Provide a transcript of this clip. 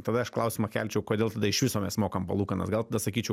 tada aš klausimą kelčiau kodėl tada iš viso mes mokam palūkanas gal tada sakyčiau